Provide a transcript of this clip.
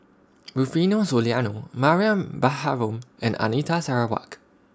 Rufino Soliano Mariam Baharom and Anita Sarawak